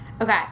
Okay